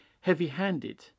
heavy-handed